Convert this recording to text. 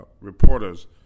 reporters